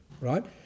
right